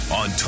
on